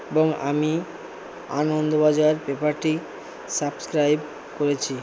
এবং আমি আনন্দবাজার পেপারটি সাবস্ক্রাইব করেছি